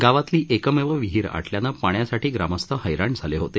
गावातली एकमेव विहीर आटल्यानं पाण्यासाठी ग्रामस्थ हैराण झाले होते